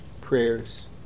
prayers